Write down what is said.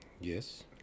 Yes